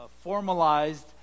formalized